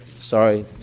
Sorry